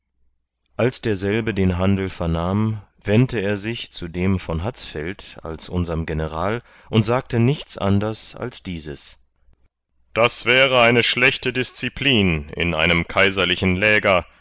als derselbe den handel vernahm wendte er sich zu dem von hatzfeld als unserm general und sagte nichts anders als dieses das wäre eine schlechte disziplin in einem kaiserlichen